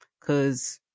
Cause